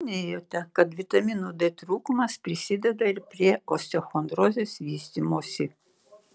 minėjote kad vitamino d trūkumas prisideda ir prie osteochondrozės vystymosi